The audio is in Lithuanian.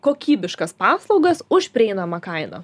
kokybiškas paslaugas už prieinamą kainą